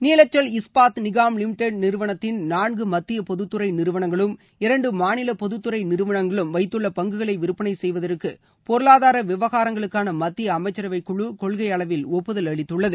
Neelachal Ispat Nigam limited நிறுவனத்தில் நான்கு மத்திய பொதுத்துறை நிறுவனங்களும் இரண்டு மாநில பொதுத்துறை நிறுவனங்களும் வைத்துள்ள பங்குகளை விற்பனை செய்வதற்கு பொருளாதார விவகாரங்களுக்கான மத்திய அமைச்சரவை குழு கொள்கை அளவு ஒப்புதல் அளித்துள்ளது